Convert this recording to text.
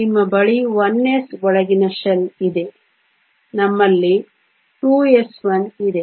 ನಿಮ್ಮ ಬಳಿ 1s ಒಳಗಿನ ಶೆಲ್ ಇದೆ ನಮ್ಮಲ್ಲಿ 2s1 ಇದೆ